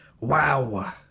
Wow